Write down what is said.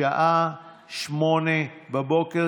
בשעה 08:00,